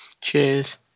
Cheers